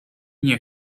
nie